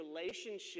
relationship